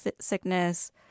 sickness